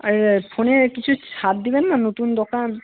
আর ফোনের কিছু ছাড় দেবেন না নতুন দোকান